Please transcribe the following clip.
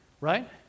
right